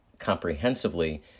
Comprehensively